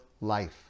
life